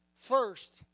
first